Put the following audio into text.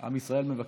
עם ישראל מבקש.